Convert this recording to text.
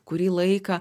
kurį laiką